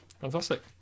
fantastic